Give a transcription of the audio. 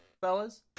fellas